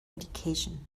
education